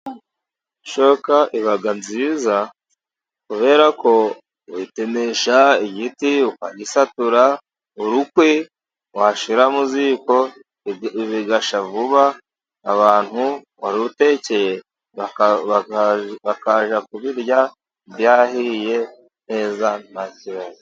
Ishoka iba nziza kubera ko uyitemesha igiti, ukagisatura, urukwi washira mu ziko bigashya vuba, abantu warutekeye bakajya kubirya byarahiye neza.